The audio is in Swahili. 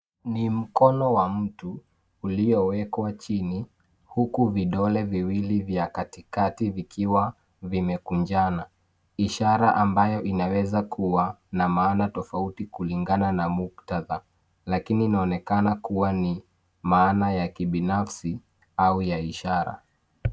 Ni mkono wa mtu uliowekwa chini, huku vidole viwili vya katikati vikiwa vimekunjana. Ishara ambayo inawezakuwa na maana tofauti kulingana na muktatha. Lakini inaonekana kuwa ni maana ya kibinafsi au ya ishara.